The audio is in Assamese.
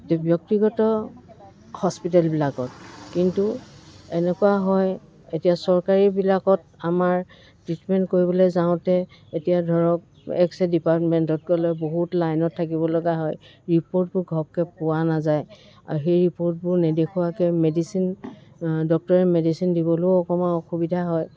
ব্যক্তিগত হস্পিটেলবিলাকত কিন্তু এনেকুৱা হয় এতিয়া চৰকাৰীবিলাকত আমাৰ ট্ৰিটমেণ্ট কৰিবলৈ যাওঁতে এতিয়া ধৰক এক্স ৰে ডিপাৰ্টমেণ্টত গ'লে বহুত লাইনত থাকিবলগা হয় ৰিপৰ্টবোৰ ঘপকৈ পোৱা নাযায় আৰু সেই ৰিপৰ্টবোৰ নেদেখুৱাকৈ মেডিচিন ডক্টৰে মেডিচিন দিবলৈও অকণমান অসুবিধা হয়